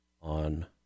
on